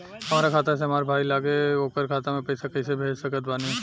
हमार खाता से हमार भाई लगे ओकर खाता मे पईसा कईसे भेज सकत बानी?